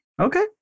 okay